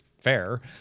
fair